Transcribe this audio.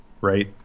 right